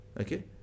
Okay